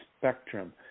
spectrum